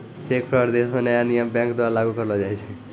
cheque fraud देश म नया नियम बैंक द्वारा लागू करलो जाय छै